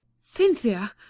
Cynthia